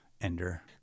ender